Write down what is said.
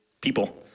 people